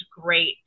great